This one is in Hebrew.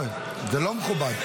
זה לא מכובד.